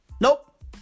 Nope